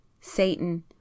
Satan